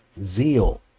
zeal